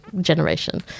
generation